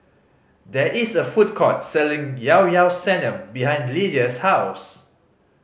there is a food court selling Llao Llao Sanum behind Lidia's house